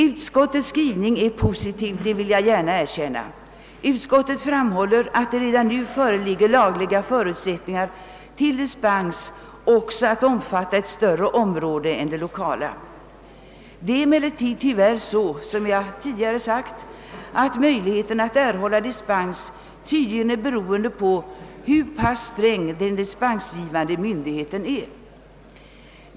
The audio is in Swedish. Utskottets skrivning är positiv, det vill jag gärna erkänna. Utskottet framhåller att det redan nu föreligger lagliga förutsättningar att låta dispens också omfatta ett större område än det 1okala. Det är emellertid tyvärr så, som jag tidigare sagt, att möjligheten att erhålla dispens tydligen är beroende på hur pass sträng den dispensgivande myndigheten är.